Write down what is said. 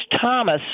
Thomas